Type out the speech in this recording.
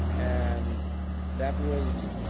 and that was,